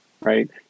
right